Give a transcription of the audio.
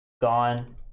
Gone